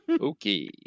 Okay